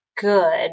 Good